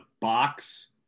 box